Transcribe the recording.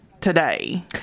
today